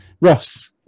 Ross